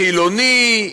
חילוני,